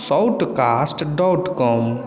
Shoutcast dot com